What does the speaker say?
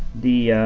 the